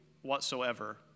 whatsoever